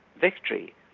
victory